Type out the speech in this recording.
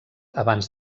abans